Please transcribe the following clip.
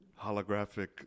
Holographic